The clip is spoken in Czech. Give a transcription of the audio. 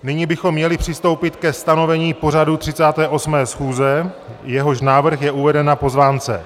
Nyní bychom měli přistoupit ke stanovení pořadu 38. schůze, jehož návrh je uveden na pozvánce.